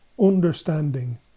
understanding